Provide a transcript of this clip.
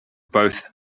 both